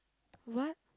what